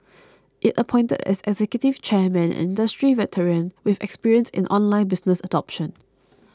it appointed as executive chairman an industry veteran with experience in online business adoption